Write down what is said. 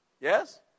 Yes